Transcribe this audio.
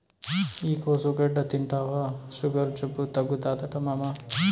ఈ కోసుగడ్డ తింటివా సుగర్ జబ్బు తగ్గుతాదట మామా